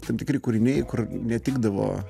tam tikri kūriniai kur netikdavo